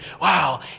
wow